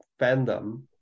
fandom